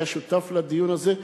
היה שותף לדיון הזה,